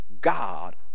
God